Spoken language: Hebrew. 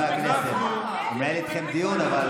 הוא מנהל איתם דיון.